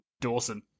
Dawson